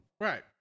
Right